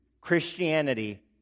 Christianity